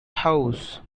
house